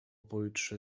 pojutrze